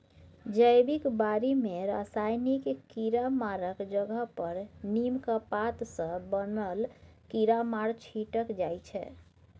जैबिक बारी मे रासायनिक कीरामारक जगह पर नीमक पात सँ बनल कीरामार छीटल जाइ छै